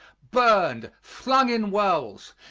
burned, flung in wells,